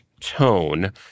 tone